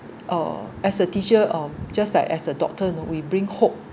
uh as a teacher uh just like as a doctor you know we bring hope